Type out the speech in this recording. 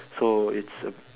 so it's uh